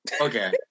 Okay